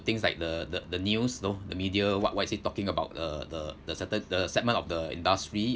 things like the the the news you know the media what what is it talking about the the the certain the segment of the industry